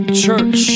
Church